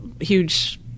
huge